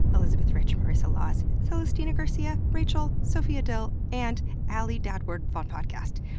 elizabeth rich, marissa laws, celestina garcia, rachel, sophia dill, and alie dadward vonpodcast